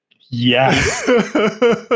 Yes